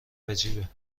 عجیبه